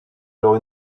alors